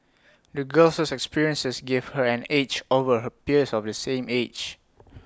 the girl's experiences gave her an edge over her peers of the same age